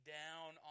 down